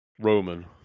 Roman